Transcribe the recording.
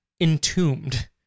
Entombed